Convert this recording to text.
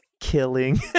Killing